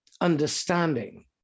understanding